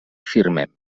firmem